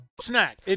Snack